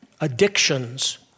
addictions